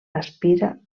aspira